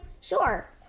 Sure